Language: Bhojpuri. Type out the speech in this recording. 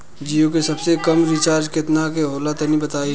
जीओ के सबसे कम रिचार्ज केतना के होला तनि बताई?